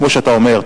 כמו שאתה אומר,